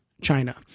China